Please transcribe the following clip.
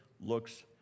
looks